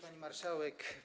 Pani Marszałek!